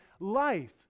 life